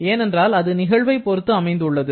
ஏனென்றால் அது நிகழ்வைப் பொறுத்து அமைந்துள்ளது